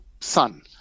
son